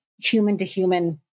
human-to-human